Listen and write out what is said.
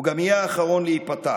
הוא גם יהיה האחרון להיפתח.